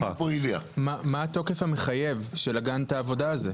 מה התוקף המחייב של גאנט העבודה הזה?